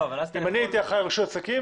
אם אני הייתי אחראי על רישוי עסקים,